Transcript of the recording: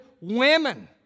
women